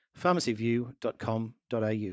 pharmacyview.com.au